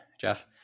Jeff